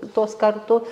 tos kartu